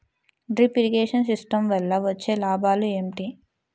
Drip irrigation system వల్ల వచ్చే లాభాలు ఏంటి?